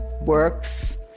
works